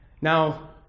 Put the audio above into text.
Now